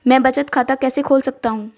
मैं बचत खाता कैसे खोल सकता हूँ?